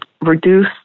reduce